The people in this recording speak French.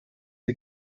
ces